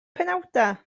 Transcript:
penawdau